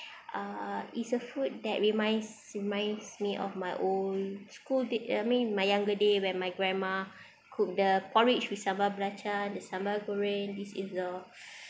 uh it's a food that reminds reminds me of my old school day I mean my younger day when my grandma cook the porridge with sambal belacan the sambal goreng this is the